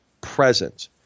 present